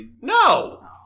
No